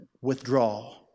Withdraw